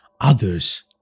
others